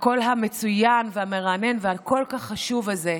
הקול המצוין והמרענן והכל-כך חשוב הזה,